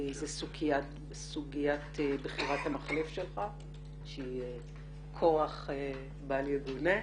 זה סוגיית בחירת המחליף שלך, שהיא כורח בל יגונה.